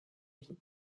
vie